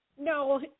No